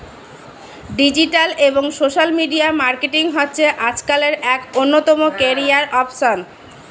digital এবং social media marketing হচ্ছে আজকালের এক অন্যতম ক্যারিয়ার অপসন